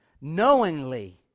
knowingly